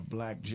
Black